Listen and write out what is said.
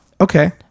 okay